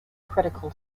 critical